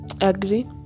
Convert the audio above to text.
agree